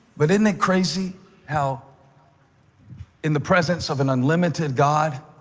but isn't it crazy how in the presence of an unlimited god